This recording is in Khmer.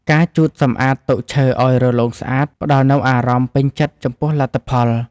ការជូតសម្អាតតុឈើឱ្យរលោងស្អាត ផ្តល់នូវអារម្មណ៍ពេញចិត្តចំពោះលទ្ធផល។